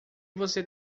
você